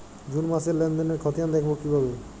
June মাসের লেনদেনের খতিয়ান দেখবো কিভাবে?